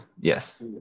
Yes